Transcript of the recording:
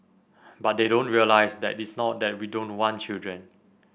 but they don't realise that it's not that we don't want children